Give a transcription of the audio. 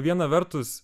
viena vertus